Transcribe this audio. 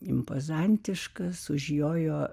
impozantiškas užjojo